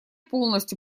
полностью